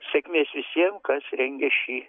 sėkmės visiem kas rengė šį